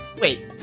Wait